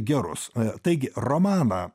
gerus taigi romaną